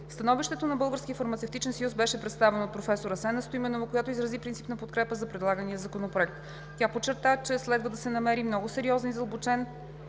фармацевтичен съюз беше представено от професор Асена Стоименова, която изрази принципна подкрепа за предлагания законопроект. Тя подчерта, че следва да се направи много сериозен и задълбочен